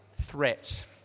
threat